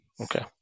Okay